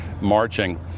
marching